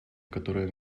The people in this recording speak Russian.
которое